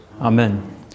amen